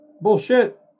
Bullshit